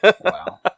Wow